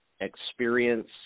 experience